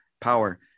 power